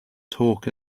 talk